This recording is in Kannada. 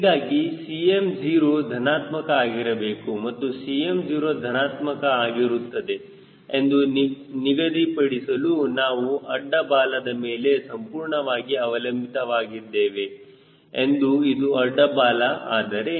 ಹೀಗಾಗಿ Cm0 ಧನಾತ್ಮಕ ಆಗಿರಬೇಕು ಮತ್ತು Cm0 ಧನಾತ್ಮಕ ಆಗಿರುತ್ತದೆ ಎಂದು ನಿಗದಿಪಡಿಸಲು ನಾವು ಅಡ್ಡ ಬಾಲದ ಮೇಲೆ ಸಂಪೂರ್ಣವಾಗಿ ಅವಲಂಬಿತರಾಗಿದ್ದೇವೆ ಮತ್ತು ಇದು ಅಡ್ಡ ಬಾಲ ಆದರೆ